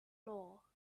floor